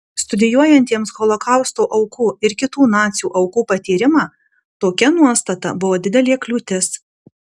studijuojantiems holokausto aukų ir kitų nacių aukų patyrimą tokia nuostata buvo didelė kliūtis